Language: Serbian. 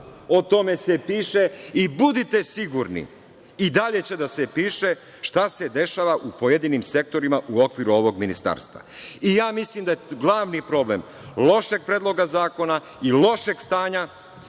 o tome se piše i budite sigurni i dalje će da se piše šta se dešava u pojedinim sektorima u okviru ovog ministarstva. Mislim da je glavni problem lošeg predloga zakona i lošeg stanja,